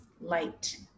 light